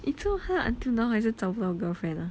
eh so 他 until now 还是找不到 girlfriend lah